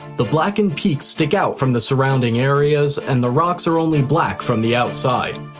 the blackened peaks stick out from the surrounding areas and the rocks are only black from the outside.